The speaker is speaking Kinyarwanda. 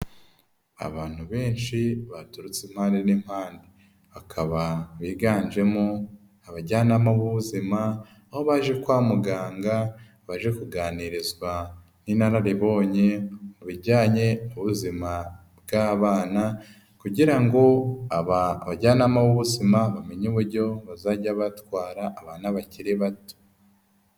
Abantu benshi baturutse impande n'impande, bakaba biganjemo abajyanama b'ubuzima, aho baje kwa muganga baje kuganirizwa n'inararibonye mu bijyanye n'ubuzima bw'abana kugira ngo abajyanama , uburyo bazajya batwara abana bakiri bato.